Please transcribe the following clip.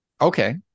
Okay